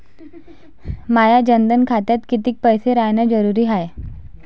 माया जनधन खात्यात कितीक पैसे रायन जरुरी हाय?